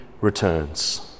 returns